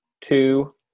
two